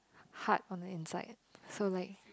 hard on the inside so like